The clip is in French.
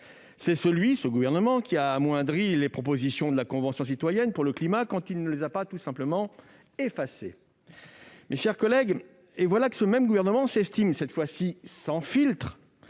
C'est celui qui a affaibli les propositions de la Convention citoyenne pour le climat, quand il ne les a pas tout simplement effacées. Eh oui ! Mes chers collègues, voilà que ce même gouvernement s'estime, cette fois-ci sans filtre,